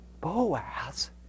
Boaz